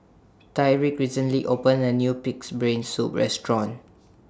Tyriq recently opened A New Pig'S Brain Soup Restaurant